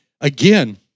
again